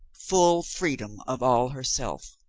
full freedom of all herself.